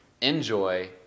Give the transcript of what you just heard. enjoy